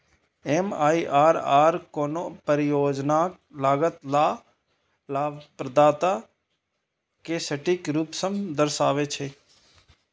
MIRR कोनो परियोजनाक लागत आ लाभप्रदता कें सटीक रूप सं दर्शाबै छै